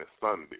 Sunday